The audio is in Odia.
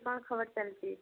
କ'ଣ ଖବର ଚାଲିଛି